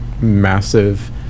massive